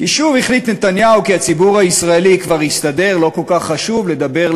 עלה התאנה של הממשלה, לא מצליחה למגר את